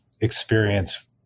experience